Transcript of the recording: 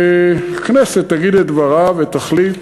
והכנסת תגיד את דברה ותחליט